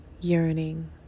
yearning